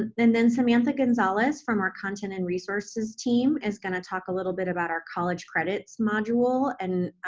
then then samantha gonzalez from our content and resources team is going to talk a little bit about our college credits module and